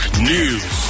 News